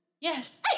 Yes